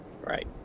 Right